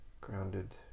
grounded